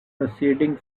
proceeding